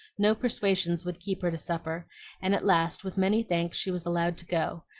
no persuasions would keep her to supper and at last, with many thanks, she was allowed to go,